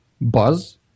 Buzz